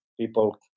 people